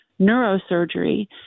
neurosurgery